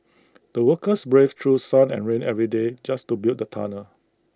the workers braved through sun and rain every day just to build the tunnel